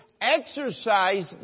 exercise